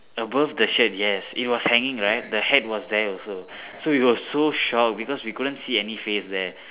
above the shirt yes it was hanging right the hat was there also so we were so shocked because we couldn't see any face there